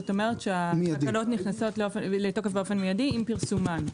זאת אומרת שהתקנות נכנסות לתוקף באופן מידי עם פרסומן.